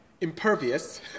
impervious